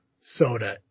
soda